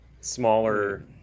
Smaller